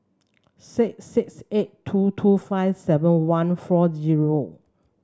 six six eight two two five seven one four zero